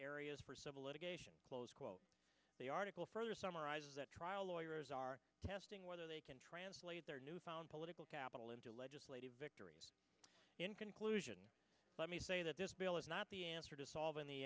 areas for civil litigation close quote the article further summarizes that trial lawyers are testing whether they can translate their newfound political capital into legislative victories in conclusion let me say that this bill is not the answer to solv